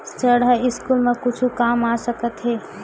ऋण ह स्कूल मा कुछु काम आ सकत हे?